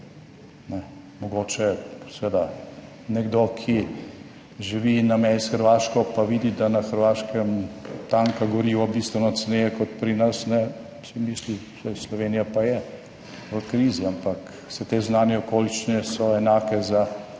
Mogoče, seveda nekdo, ki živi na meji s Hrvaško, pa vidi, da na Hrvaškem tanka gorivo bistveno ceneje kot pri nas, si misli, saj Slovenija pa je v krizi, ampak vse te zunanje okoliščine so enake za